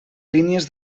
línies